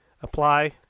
Apply